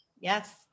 yes